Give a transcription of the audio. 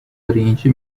oriente